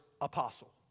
apostle